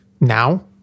now—